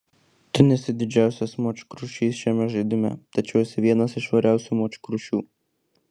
tu nesi didžiausias močkrušys šiame žaidime tačiau esi vienas iš švariausių močkrušių